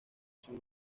visión